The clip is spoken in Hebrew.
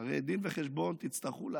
הרי דין וחשבון תצטרכו לעשות,